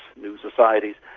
new societies.